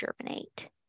germinate